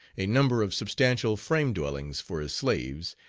a number of substantial frame dwellings for his slaves,